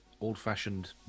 old-fashioned